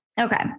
Okay